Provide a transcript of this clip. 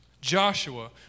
Joshua